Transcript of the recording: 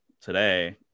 today